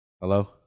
Hello